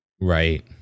Right